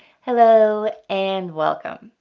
hello and welcome.